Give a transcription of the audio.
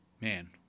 man